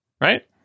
Right